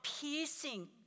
piercing